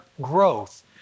growth